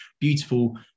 beautiful